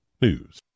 News